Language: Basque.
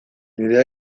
nire